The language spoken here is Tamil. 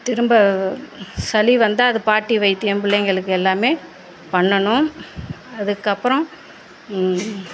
திரும்ப சளி வந்தால் அது பாட்டி வைத்தியம் பிள்ளைங்களுக்கு எல்லாமே பண்ணணும் அதுக்கு அப்பறம்